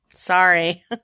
sorry